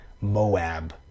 Moab